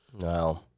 No